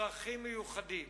צרכים מיוחדים?